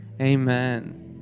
Amen